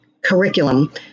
curriculum